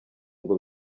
ngo